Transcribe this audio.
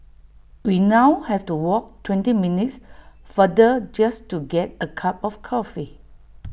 we now have to walk twenty minutes farther just to get A cup of coffee